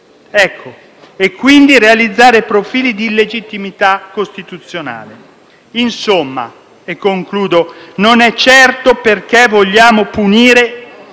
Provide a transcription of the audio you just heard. e quindi di realizzare profili di illegittimità costituzionale. Insomma, non è certo perché non vogliamo punire